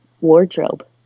wardrobe